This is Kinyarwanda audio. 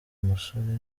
umusore